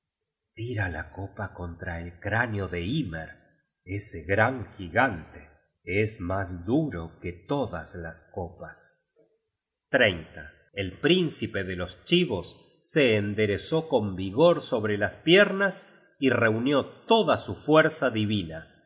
tira la copa contra el cráneo de hymer ese gran gigante es mas duro que todas las copas el príncipe de los chibos se enderezó con vigor sobre las piernas y reunió toda su fuerza